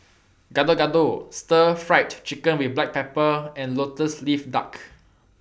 Gado Gado Stir Fried Chicken with Black Pepper and Lotus Leaf Duck